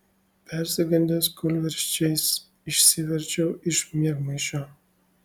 persigandęs kūlversčiais išsiverčiau iš miegmaišio